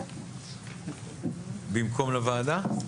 במקום לוועדה?